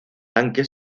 tanque